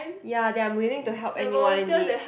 ya that I'm willing to help anyone need